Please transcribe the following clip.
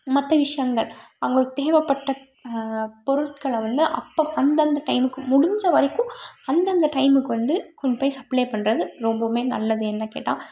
மற்ற விஷயங்கள் அவர்களுக்கு தேவைப்பட்ட பொருட்களை வந்து அப்போது அந்தந்த டைமுக்கு முடிஞ்சவரைக்கும் அந்தந்த டைமுக்கு வந்து கொண்டுப்போய் சப்ளே பண்ணுறது ரொம்பவுமே நல்லது என்ன கேட்டால்